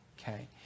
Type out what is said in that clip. Okay